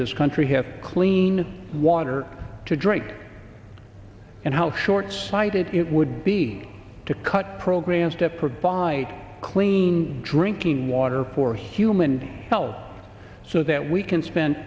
this country have clean water to drink and how shortsighted it would be to cut programs to provide clean drinking water for human health so that we can spend